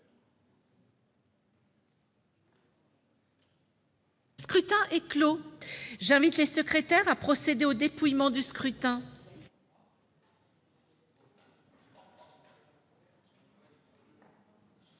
Le scrutin est clos. J'invite Mmes et MM. les secrétaires à procéder au dépouillement du scrutin.